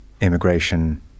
immigration